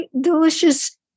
delicious